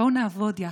בואו נעבוד יחד.